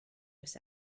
oes